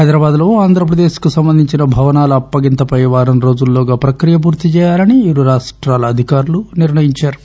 హైదరాబాద్లో ఆంధ్ర ప్రదేశ్ కి సంబంధించిన భవనాల అప్పగింతపై వారం రోజుల్లోగా ప్రక్రియ పూర్తి చేయాలని ఇరు రాష్టాలు అధికారులు నిర్సి ంచారు